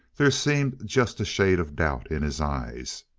there seemed just a shade of doubt in his eyes.